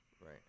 right